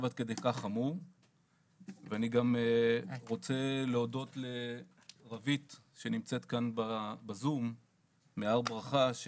עד כדי כך חמור ואני גם רוצה להודות לרווית שנמצאת כאן בזום מהר ברכה,